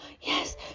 yes